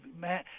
Man